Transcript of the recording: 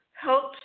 helps